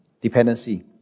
Dependency